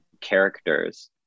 characters